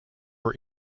were